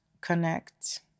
connect